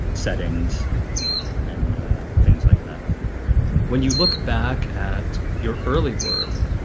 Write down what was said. settings and things like that when you look back at your early work,